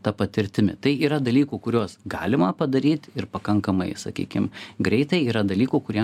ta patirtimi tai yra dalykų kuriuos galima padaryt ir pakankamai sakykim greitai yra dalykų kurie